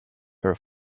her